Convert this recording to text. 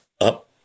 up